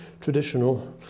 traditional